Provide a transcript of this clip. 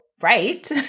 right